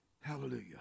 Hallelujah